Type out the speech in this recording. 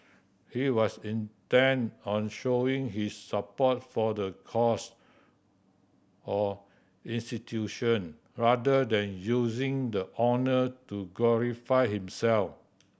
he was intent on showing his support for the cause or institution rather than using the honour to glorify himself